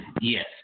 Yes